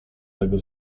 tego